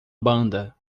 banda